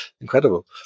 Incredible